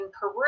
peru